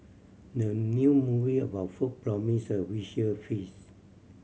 the new movie about food promise a visual feast